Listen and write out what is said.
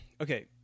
okay